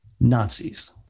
Nazis